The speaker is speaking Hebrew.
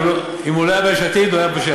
אגב, אם הוא לא היה ביש עתיד, הוא היה בש"ס.